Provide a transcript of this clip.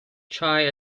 chai